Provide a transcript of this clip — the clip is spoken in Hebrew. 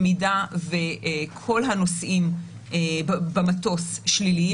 במידה שכל הנוסעים במטוס שליליים,